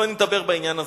לא נדבר בעניין הזה.